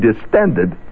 distended